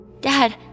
Dad